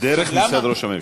דרך משרד ראש הממשלה.